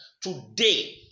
Today